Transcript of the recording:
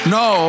no